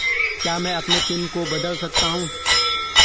क्या मैं अपने पिन को बदल सकता हूँ?